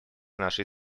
нашей